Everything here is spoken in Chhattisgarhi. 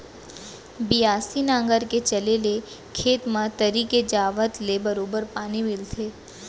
बियासी नांगर के चले ले खेत म तरी के जावत ले बरोबर पानी मिलथे